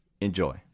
Enjoy